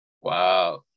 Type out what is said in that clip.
Wow